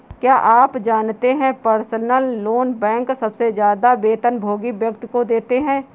क्या आप जानते है पर्सनल लोन बैंक सबसे ज्यादा वेतनभोगी व्यक्ति को देते हैं?